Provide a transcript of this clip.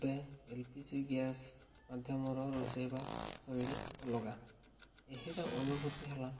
P G gas ମାଧ୍ୟମର ରୋଷେଇ ବା ଶୈଳୀ ଅଲଗା ଏହିର ଅନୁଭୂତି ହେଲା